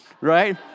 Right